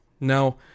Now